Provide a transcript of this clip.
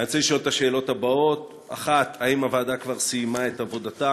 אני רוצה לשאול את השאלות האלה: 1. האם הוועדה כבר סיימה את עבודתה?